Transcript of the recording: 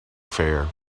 fair